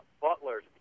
butler's